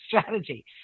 strategy